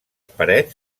parets